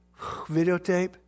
videotape